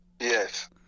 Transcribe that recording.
yes